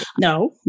No